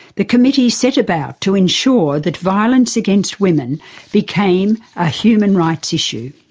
the committee set about to ensure that violence against women became a human rights issue.